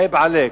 "עיב עליכ".